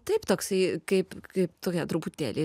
taip toksai kaip kaip tokia truputėlį